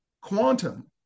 Quantum